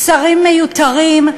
שרים מיותרים.